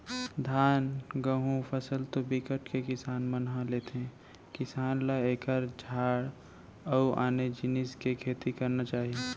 धान, गहूँ फसल तो बिकट के किसान मन ह लेथे किसान ल एखर छांड़ अउ आने जिनिस के खेती करना चाही